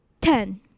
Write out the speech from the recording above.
Ten